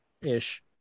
Ish